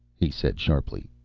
he said sharply,